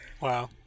wow